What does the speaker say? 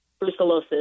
brucellosis